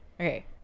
Okay